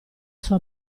sua